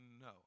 No